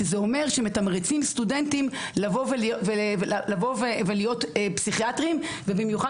שזה אומר שמתמרצים סטודנטים לבוא ולהיות פסיכיאטרים ובמיוחד